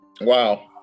Wow